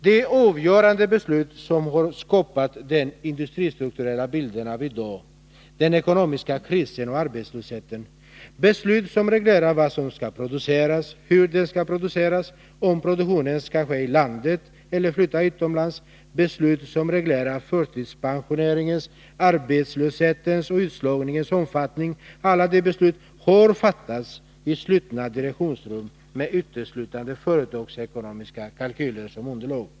De avgörande beslut som har skapat den industristrukturella bilden av i dag, den ekonomiska krisen och arbetslösheten — beslut som reglerar vad som skall produceras, hur det skall produceras, om produktionen skall ske i landet eller flyttas utomlands, beslut som reglerar förtidspensioneringens, arbetslöshetens och utslagningens omfattning — har fattats i slutna direktionsrum med uteslutande företagsekonomiska kalkyler som underlag.